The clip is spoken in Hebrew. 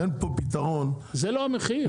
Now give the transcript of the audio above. זה לא המחיר.